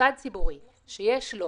שמוסד ציבורי שיש לו